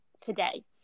today